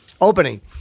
opening